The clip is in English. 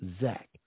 Zach